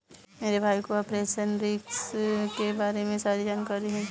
मेरे भाई को ऑपरेशनल रिस्क के बारे में सारी जानकारी है